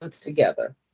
together